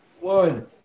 One